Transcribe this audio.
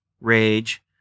rage